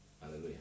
Hallelujah